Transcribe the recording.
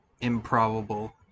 improbable